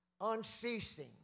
unceasing